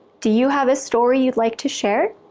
do you have a story you'd like to share?